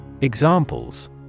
Examples